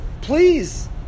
Please